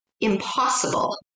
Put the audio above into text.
impossible